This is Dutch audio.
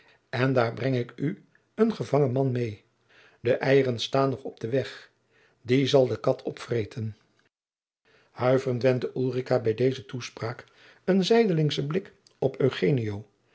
en daôr breng ik oe een vangen man met de eieren staôn nog op den weg die zol de kat opvretten huiverend wendde ulrica bij deze toespraak een zijdelingschen blik op